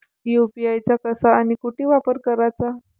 UPI चा कसा अन कुटी वापर कराचा?